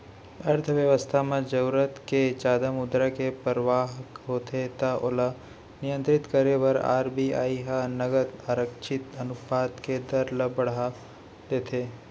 अर्थबेवस्था म जरुरत ले जादा मुद्रा के परवाह होथे त ओला नियंत्रित करे बर आर.बी.आई ह नगद आरक्छित अनुपात के दर ल बड़हा देथे